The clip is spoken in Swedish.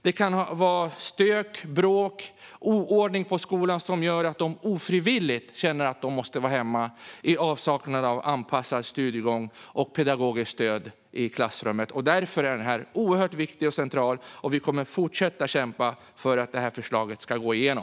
Det kan handla om stök, bråk och oordning på skolan som gör att de ofrivilligt stannar hemma på grund av avsaknad av anpassad studiegång och pedagogiskt stöd i klassrummet. Denna fråga är central, och vi kommer att fortsätta att kämpa för att detta förslag ska gå igenom.